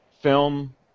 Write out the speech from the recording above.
film